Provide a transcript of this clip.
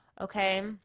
okay